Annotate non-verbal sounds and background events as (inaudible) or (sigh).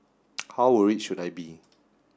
(noise) how worried should I be